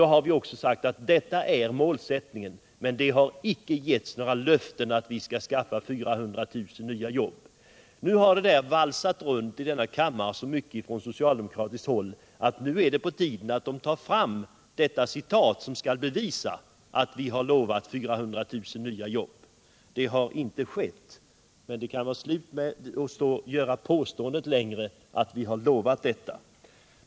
Vi har alltså sagt att detta är en målsättning, men vi har icke gett några löften om att skaffa 400 000 nya jobb. Nu har socialdemokraterna i denna kammare så mycket valsat runt med den här siffran att det är på tiden att de tar fram det citat som bevisar att vi har lovat 400 000 nya jobb. Det har inte getts något sådant löfte, så socialdemokraterna borde sluta påstå att vi har lovat någonting sådant.